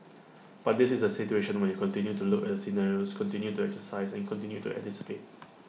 but this is A situation when you continue to look at the scenarios continue to exercise and continue to anticipate